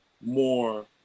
more